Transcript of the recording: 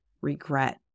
regret